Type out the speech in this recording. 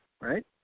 right